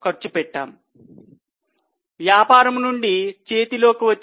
09